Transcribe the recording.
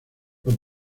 los